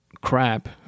crap